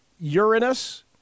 Uranus